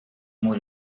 more